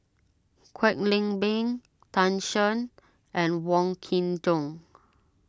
Kwek Leng Beng Tan Shen and Wong Kin Jong